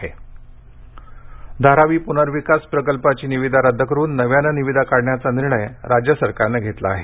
धारावी धारावी पुनर्विकास प्रकल्पाची निविदा रद्द करून नव्याने निविदा काढण्याचा निर्णय राज्य सरकारनं घेतला आहे